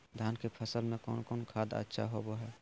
धान की फ़सल में कौन कौन खाद अच्छा होबो हाय?